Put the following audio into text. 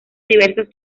diversos